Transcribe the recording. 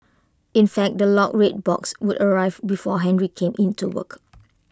in fact the locked red box would arrive before Henry came in to work